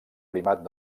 primat